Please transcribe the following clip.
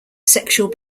sexual